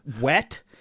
wet